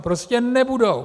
Prostě nebudou!